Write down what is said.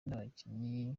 n’ababyinnyi